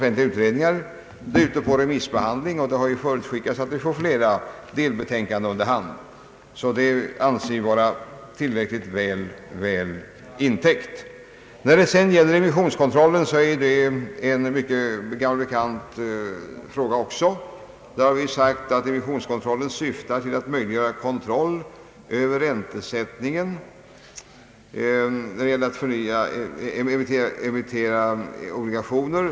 Detta är ute på remissbehandling, och det har förutskickats att vi får flera delbetänkanden allteftersom. Vi anser alltså att detta område är tillräckligt väl intäckt. Också emissionskontrollen är en gammal bekant fråga. Vi har sagt att emissionskontrollen syftar till att möjliggöra kontroll över räntesättningen när det gäller att emittera obligationer.